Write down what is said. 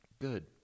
Good